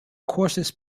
courses